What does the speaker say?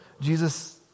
Jesus